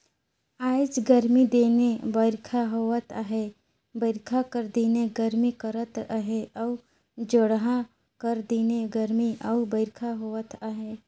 आएज गरमी दिने बरिखा होवत अहे बरिखा कर दिने गरमी करत अहे अउ जड़हा कर दिने गरमी अउ बरिखा होवत अहे